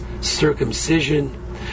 circumcision